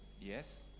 Yes